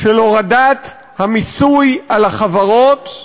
של הורדת המיסוי על החברות,